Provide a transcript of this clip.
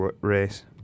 race